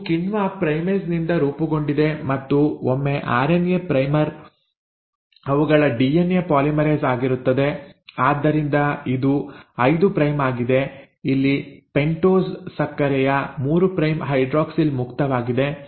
ಇದು ಕಿಣ್ವ ಪ್ರೈಮೇಸ್ ನಿಂದ ರೂಪುಗೊಂಡಿದೆ ಮತ್ತು ಒಮ್ಮೆ ಆರ್ಎನ್ಎ ಪ್ರೈಮರ್ ಅವುಗಳ ಡಿಎನ್ಎ ಪಾಲಿಮರೇಸ್ ಆಗಿರುತ್ತದೆ ಆದ್ದರಿಂದ ಇದು 5 ಪ್ರೈಮ್ ಆಗಿದೆ ಇಲ್ಲಿ ಪೆಂಟೋಸ್ ಸಕ್ಕರೆಯ 3 ಪ್ರೈಮ್ ಹೈಡ್ರಾಕ್ಸಿಲ್ ಮುಕ್ತವಾಗಿದೆ